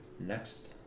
next